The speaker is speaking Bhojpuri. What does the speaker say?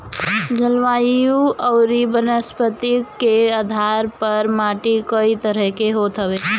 जलवायु अउरी वनस्पति के आधार पअ माटी कई तरह के होत हवे